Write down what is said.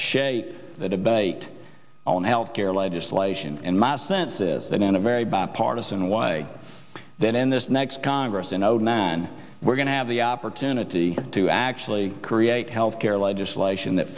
shape the debate on health care legislation and ma sense is that in a very bipartisan way that in this next congress in zero nine we're going to have the opportunity to actually create health care legislation that